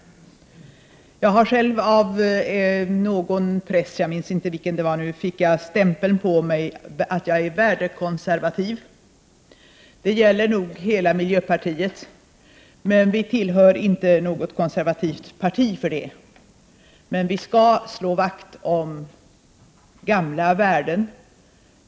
Jag har själv av någon press — jag minns inte vilken — fått stämpeln på mig att jag är värdekonservativ. Det gäller nog hela miljöpartiet. Vi är inte något konservativt parti för det, men vi skall slå vakt om gamla värden.